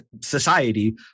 society